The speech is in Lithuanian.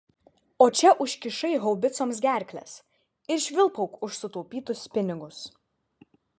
o čia užkišai haubicoms gerkles ir švilpauk už sutaupytus pinigus